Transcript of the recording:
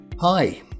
Hi